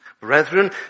Brethren